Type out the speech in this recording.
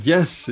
Yes